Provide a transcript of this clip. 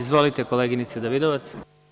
Izvolite, koleginice Davidovac.